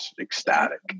ecstatic